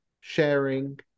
sharing